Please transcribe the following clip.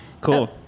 Cool